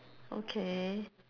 okay